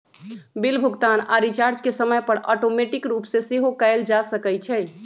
bill भुगतान आऽ recharge के समय पर ऑटोमेटिक रूप से सेहो कएल जा सकै छइ